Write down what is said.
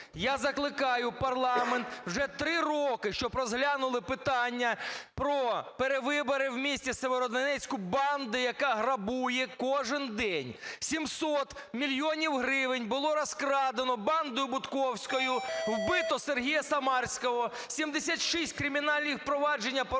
Я закликаю парламент вже 3 роки, щоб розглянули питання про перевибори в місті Сєвєродонецьку банди, яка грабує кожен день. 700 мільйонів гривень було розкрадено бандою бутковською, вбито Сергія Самарського, 76 кримінальних проваджень порушено,